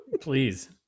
please